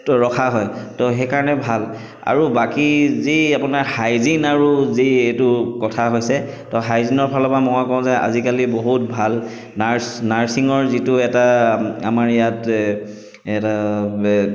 ৰখা হয় ত' সেইকাৰণে ভাল আৰু বাকী যি আপোনাৰ হাইজিন আৰু যি এইটো কথা হৈছে ত' হাইজিনৰ ফালৰ পৰা মই কওঁ যে আজিকালি বহুত ভাল নাৰ্ছ নাৰ্ছিঙৰ যিটো এটা আমাৰ ইয়াত এটা